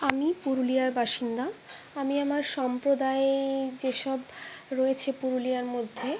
আমি পুরুলিয়ার বাসিন্দা আমি আমার সম্প্রদায়ে যেসব রয়েছে পুরুলিয়ার মধ্যে